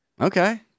Okay